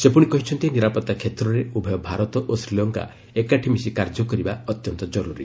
ସେ ପୁଣି କହିଛନ୍ତି ନିରାପତ୍ତା କ୍ଷେତ୍ରରେ ଉଭୟ ଭାରତ ଓ ଶ୍ରୀଲଙ୍କା ଏକାଠି ମିଶି କାର୍ଯ୍ୟ କରିବା ଅତ୍ୟନ୍ତ ଜରୁରି